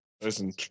Listen